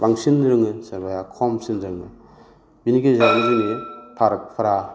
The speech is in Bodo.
बांसिन रोङो सोरबाया खमसिन रोङो बेनि गेजेरावनो जोङो फारागफ्रा